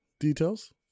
Details